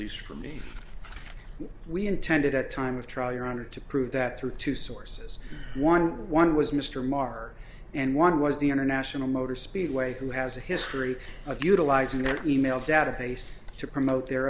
least for me we intended at a time of trial your honor to prove that through two sources one one was mr maher and one was the international motor speedway who has a history of utilizing their email database to promote their